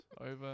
over